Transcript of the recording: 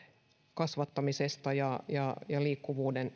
kasvattamisen ja ja liikkuvuuden